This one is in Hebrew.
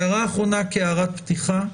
הערה אחרונה כהערת פתיחה.